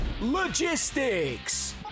Logistics